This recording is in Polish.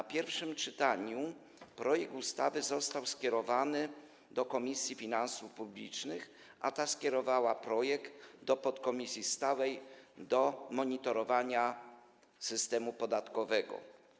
Po pierwszym czytaniu projekt ustawy został skierowany do Komisji Finansów Publicznych, a ta skierowała projekt do Podkomisji stałej do monitorowania systemu podatkowego.